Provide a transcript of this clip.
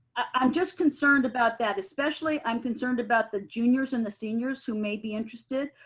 i'm just concerned about that. especially i'm concerned about the juniors and the seniors who may be interested,